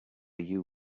you